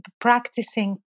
practicing